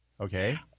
Okay